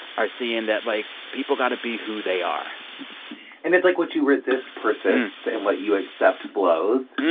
are seeing that, like, people got to be who they are and it's like, what you resist, persists. and what you accept, flows.